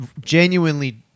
genuinely